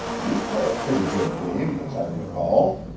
you play a pretty good game, as i recall.